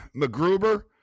McGruber